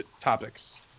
topics